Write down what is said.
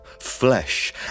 flesh